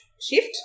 shift